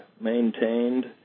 maintained